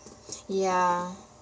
ya